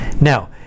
Now